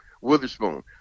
Witherspoon